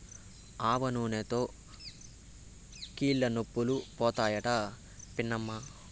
ఆవనూనెతో కీళ్లనొప్పులు పోతాయట పిన్నమ్మా